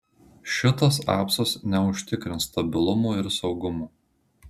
šitas apsas neužtikrins stabilumo ir saugumo